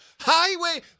Highway